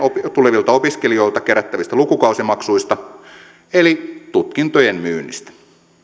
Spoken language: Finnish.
tulevilta opiskelijoilta kerättävistä lukukausimaksuista eli tutkintojen myynnistä